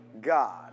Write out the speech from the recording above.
God